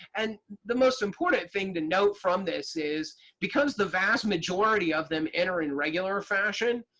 and the most important thing to note from this is because the vast majority of them enter in regular fashion,